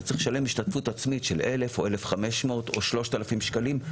אתה צריך לשלם השתתפות עצמית של 1,000 או 1,500 או 3,000 שקלים.